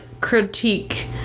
critique